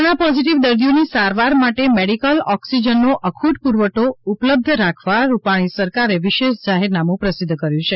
corona positive દર્દીઓની સારવાર માટે મેડીકલ ઓક્સીજનનો અખૂટ પુરવઠો ઉપલબ્ધ રાખવા રૂપાણી સરકારે વિશેષ જાહેરનામુ પ્રસિદ્ધ કર્યું છે